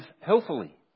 healthily